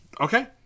okay